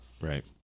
Right